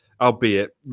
albeit